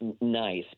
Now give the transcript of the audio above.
nice